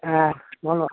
হ্যাঁ বলো